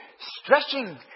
stretching